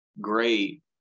great